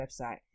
website